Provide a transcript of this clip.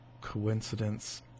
coincidence